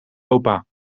opa